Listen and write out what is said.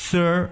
Sir